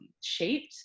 shaped